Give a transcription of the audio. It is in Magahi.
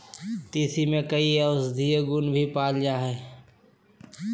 तीसी में कई औषधीय गुण भी पाल जाय हइ